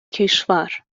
کشور